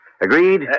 Agreed